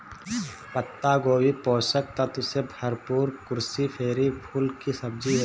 पत्ता गोभी पोषक तत्वों से भरपूर क्रूसीफेरी कुल की सब्जी है